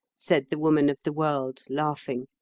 said the woman of the world, laughing,